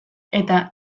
eta